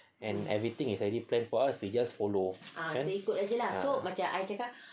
and everything is actually planned for us we just follow eh